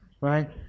right